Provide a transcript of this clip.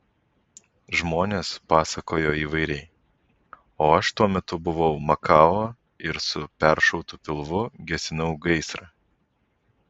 žmonės pasakojo įvairiai o aš tuo metu buvau makao ir su peršautu pilvu gesinau gaisrą